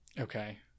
Okay